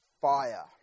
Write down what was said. fire